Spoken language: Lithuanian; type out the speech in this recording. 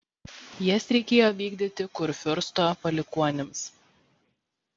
jas reikėjo vykdyti kurfiursto palikuonims